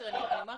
אני יושבת